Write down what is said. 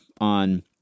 on